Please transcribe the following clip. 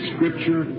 Scripture